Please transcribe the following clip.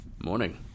Morning